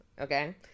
Okay